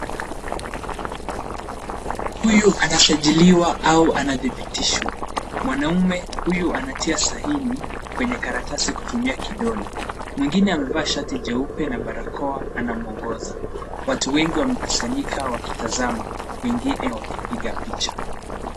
Huyu anasajiliwa au anadhibitishwa. Mwanaume huyu anatia sahihi kwenye karatasi kutumia kidole. Mwingine amevaa shati jeupe na barakoa anamwongoza. Watu wengi wamekusanyika wakitazama wengine wakipiga picha.